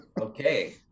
Okay